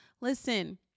Listen